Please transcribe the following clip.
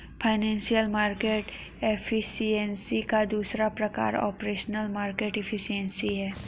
financial market efficiency का दूसरा प्रकार ऑपरेशनल मार्केट एफिशिएंसी है